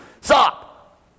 stop